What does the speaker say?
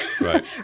right